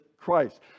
Christ